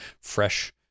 fresh